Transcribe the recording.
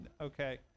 okay